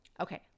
Okay